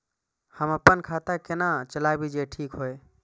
हम अपन खाता केना चलाबी जे ठीक होय?